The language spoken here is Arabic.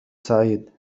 سعيد